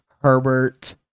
herbert